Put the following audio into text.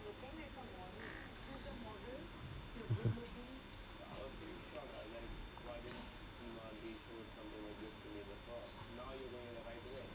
mmhmm